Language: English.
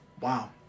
Wow